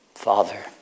Father